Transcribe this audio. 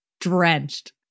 drenched